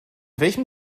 welchem